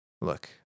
Look